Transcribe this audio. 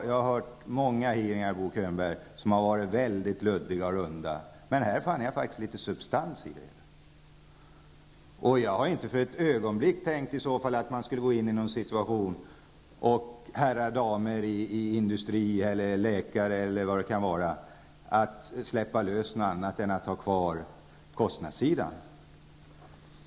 Jag har varit på många hearingar, Bo Könberg, som har varit mycket luddiga och runda, men här fann jag faktiskt litet substans. Det måste vara litet besvärande att höra att industrin, läkare och andra tycker att det är ett dåligt förslag.